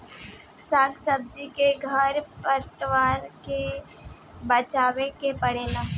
साग सब्जी के खर पतवार से बचावे के पड़ेला